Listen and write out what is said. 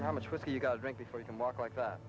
and how much with you got a drink before you can walk like that